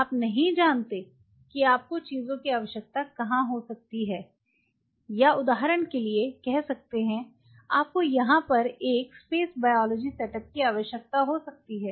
आप नहीं जानते कि आपको चीजों की आवश्यकता कहां हो सकती है या उदाहरण के लिए कह सकते हैं आपको यहां पर एक स्पेस बायोलॉजी सेटअप की आवश्यकता हो सकती है